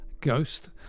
Ghost